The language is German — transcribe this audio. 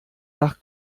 nach